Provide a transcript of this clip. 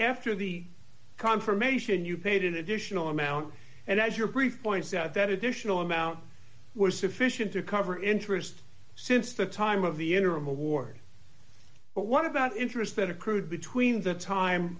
after the confirmation you paid an additional amount and as your brief points out that additional amount was sufficient to cover interest since the time of the interim award but what about interest that accrued between the time